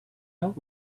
out